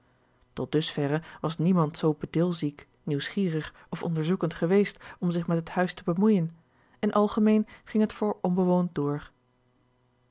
dus verre was niemand zoo bedilziek nieuwsgierig of onderzoekend geweest om zich met het huis te bemoeijen en algemeen ging het voor onbewoond door